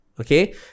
okay